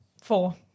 four